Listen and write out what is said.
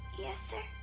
yes sir.